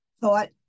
thought